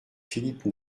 philippe